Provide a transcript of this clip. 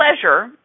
pleasure